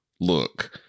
look